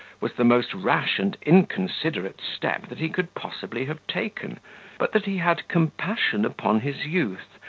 was the most rash and inconsiderate step that he could possibly have taken but that he had compassion upon his youth,